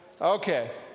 Okay